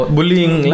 Bullying